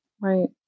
right